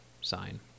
sign